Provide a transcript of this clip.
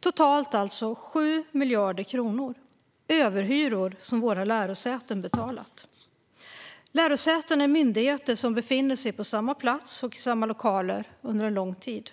Totalt var det alltså 7 miljarder kronor. Det är överhyror som våra lärosäten betalat. Lärosäten är myndigheter som befinner sig på samma plats och i samma lokaler under en lång tid.